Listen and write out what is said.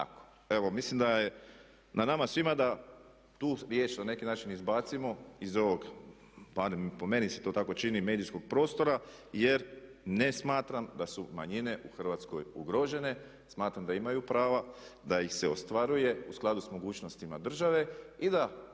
Evo mislim da je na nama svima da tu riječ na neki način izbacimo iz ovog, barem po meni se to tako čini medijskog prostora jer ne smatram da su manjine u Hrvatskoj ugrožene, smatram da imaju prava da ih se ostvaruje u skladu sa mogućnostima države i da